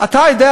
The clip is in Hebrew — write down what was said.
אתה יודע,